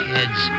Kids